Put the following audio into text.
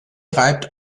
reibt